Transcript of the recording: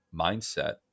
mindset